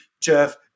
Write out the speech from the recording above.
Jeff